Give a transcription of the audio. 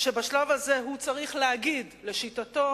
שבשלב הזה הוא צריך להגיד לשיטתו